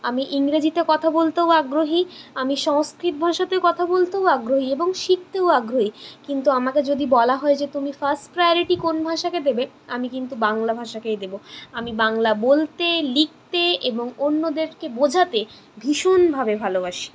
আমি ইংরেজিতে কথা বলতেও আগ্রহী আমি সংস্কৃত ভাষাতেও কথা বলতেও আগ্রহী এবং শিখতেও আগ্রহী কিন্তু আমাকে যদি বলা হয় যে তুমি ফার্স্ট প্রায়োরিটি কোন ভাষাকে দেবে আমি কিন্তু বাংলা ভাষাকেই দেব আমি বাংলা বলতে লিখতে এবং অন্যদেরকে বোঝাতে ভীষণভাবে ভালোবাসি